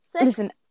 listen